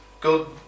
good